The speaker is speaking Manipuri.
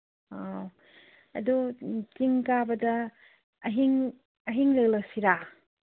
ꯑꯥ ꯑꯗꯣ ꯆꯤꯡ ꯀꯥꯕꯗ ꯑꯍꯤꯡ ꯑꯍꯤꯡ ꯂꯦꯛꯂꯛꯁꯤꯔ